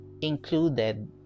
included